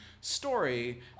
story